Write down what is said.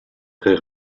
très